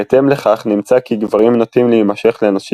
בהתאם לכך נמצא כי גברים נוטים להימשך לנשים